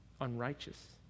unrighteous